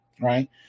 right